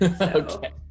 Okay